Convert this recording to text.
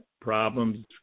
problems